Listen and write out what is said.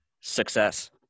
Success